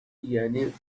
یعنی